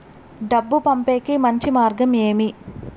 డబ్బు పంపేకి మంచి మార్గం ఏమి